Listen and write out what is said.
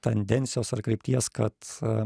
tendencijos ar krypties kad